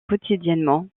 quotidiennement